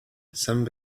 some